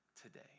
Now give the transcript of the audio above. today